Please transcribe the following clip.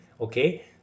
Okay